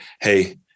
Hey